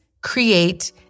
create